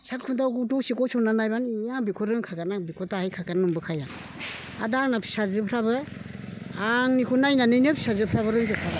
सालखुन्थाखौ दसे गसंनानै नायब्लानो ए आं बेखौ रोंखागोन आं बेखौ दाहैखागोन नंबोखायो आं आर दा आंना फिसाजोफ्राबो आंनिखौ नायनानैनो फिसाजोफ्राबो रोंजोबखाबाय